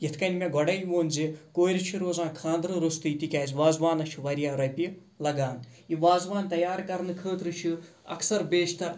یِتھ کٔنۍ مےٚ گۄڈے ووٚن زِ کورِ چھِ روزان خاندرٕ رُستٕے تِکیٛازِ وازوانَس چھِ واریاہ رۄپیہِ لَگان یہِ وازوان تیار کَرنہٕ خٲطرٕ چھِ اَکثَر بیشتَر